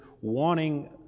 wanting